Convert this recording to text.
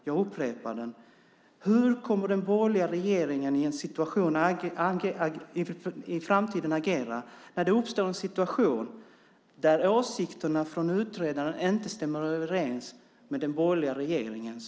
Jag upprepar min fråga: Hur kommer den borgerliga regeringen att agera i framtiden när det uppstår en situation där utredarnas åsikter inte stämmer överens med den borgerliga regeringens?